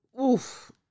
oof